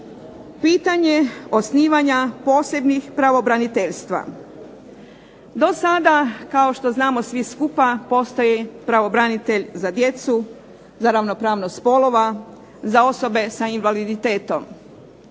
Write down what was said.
pitanje osnivanja posebnih pravobraniteljstva. Do sada, kao što znamo svi skupa, postoji pravobranitelj za djecu, za ravnopravnost spolova, za osobe sa invaliditetom.